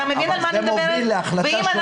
ואם אנחנו --- אבל זה מוביל להחלטה